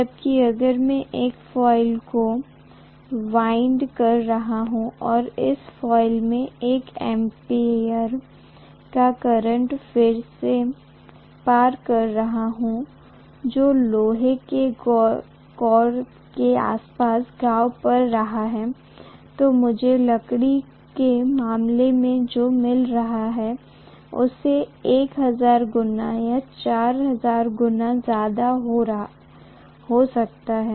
जबकि अगर मैं एक कॉइल को वाइंड कर रहा हूं और इस कॉइल में 1 एम्पीयर का करंट फिर से पास कर रहा हूं जो लोहे के कोर के आसपास घाव कर रहा है जो मुझे लकड़ी के मामले में जो मिला है उससे 1000 गुना या 4000 गुना ज्यादा हो सकता है